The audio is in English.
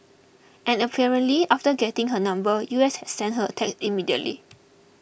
and apparently after getting her number U S had sent her a text immediately